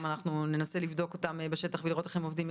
אנחנו ננסה לבדוק בשטח ולראות איך הם עובדים.